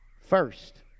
First